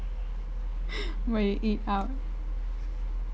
but you eat out